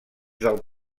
del